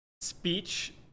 speech